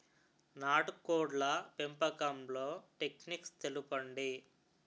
నాటుకోడ్ల పెంపకంలో టెక్నిక్స్ తెలుపండి?